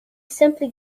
simply